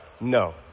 no